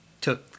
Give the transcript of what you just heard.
took